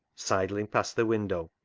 sidling past the window,